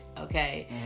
okay